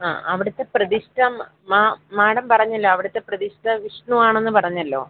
ആ അവിടത്തെ പ്രതിഷ്ഠ മാ മാഡം പറഞ്ഞല്ലോ അവിടത്തെ പ്രതിഷ്ഠ വിഷ്ണുവാണെന്ന് പറഞ്ഞല്ലോ